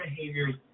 behaviors